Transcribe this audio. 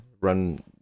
run